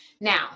Now